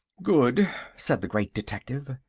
good, said the great detective,